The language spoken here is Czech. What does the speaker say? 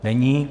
Není.